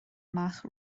amach